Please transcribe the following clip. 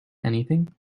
anything